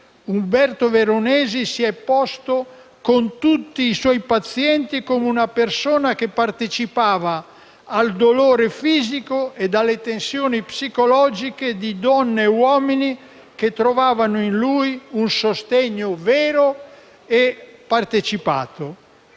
Umberto Veronesi si è posto con tutti i suoi pazienti come una persona che partecipava al dolore fisico e alle tensioni psicologiche di donne e uomini, che trovavano in lui un sostegno vero e partecipato.